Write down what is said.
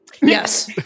Yes